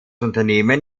unternehmen